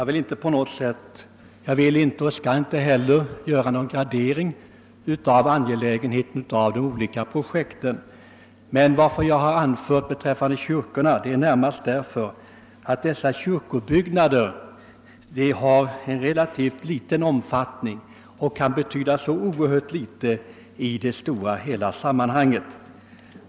Herr talman! Jag skall, herr Kristenson, inte göra någon gradering av angelägenheten av olika projekt, men anledningen till att jag har nämnt kyrkorna är närmast att kyrkobyggandet har en relativt liten omfattning och därför betyder oerhört litet i det stora sammanhanget.